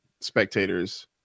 spectators